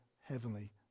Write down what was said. Heavenly